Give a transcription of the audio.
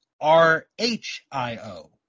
R-H-I-O